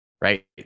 right